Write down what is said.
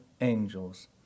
angels